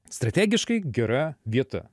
strategiškai gera vieta